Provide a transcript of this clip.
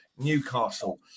Newcastle